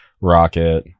rocket